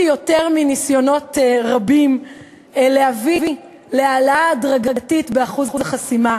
יותר מניסיונות רבים להביא להעלאה הדרגתית של אחוז החסימה,